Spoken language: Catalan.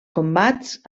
combats